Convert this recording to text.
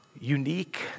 unique